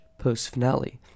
postfinale